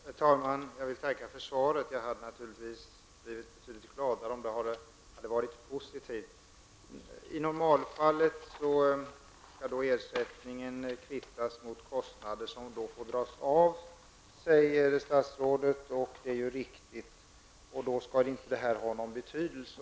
Herr talman! Jag vill tacka för svaret. Jag hade naturligtvis blivit betydligt gladare om det hade varit positivt. I normalfallet skall ersättningen kvittas mot kostnader som får dras av, säger statsrådet, och det är ju riktigt. Detta skall då inte ha någon betydelse.